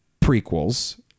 Prequels